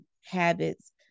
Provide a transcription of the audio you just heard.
habits